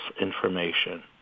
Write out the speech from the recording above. information